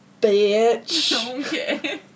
bitch